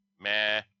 meh